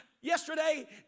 yesterday